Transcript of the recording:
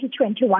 2021